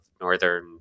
northern